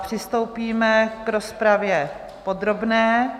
Přistoupíme k rozpravě podrobné.